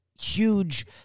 Huge